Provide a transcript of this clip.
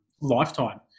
lifetime